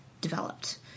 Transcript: developed